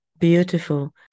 beautiful